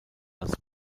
als